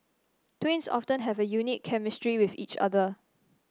twins often have a unique chemistry with each other